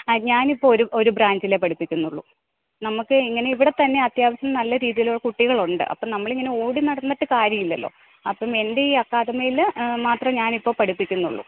ആ ഞാൻ ഇപ്പോൾ ഒരു ഒരു ബ്രാഞ്ചിലെ പഠിപ്പിക്കുന്നുള്ളു നമുക്ക് ഇങ്ങനെ ഇവിടെ തന്നെ അത്യാവശ്യം നല്ല രീതിയിലുള്ള കുട്ടികളുണ്ട് അപ്പം നമ്മൾ ഇങ്ങനെ ഓടി നടന്നിട്ട് കാര്യം ഇല്ലല്ലോ അപ്പം എൻ്റെ ഈ അക്കാദമിയിൽ മാത്രം ഞാൻ ഇപ്പം പഠിപ്പിക്കുന്നുള്ളു